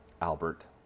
Albert